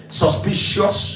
suspicious